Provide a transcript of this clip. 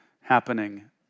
happening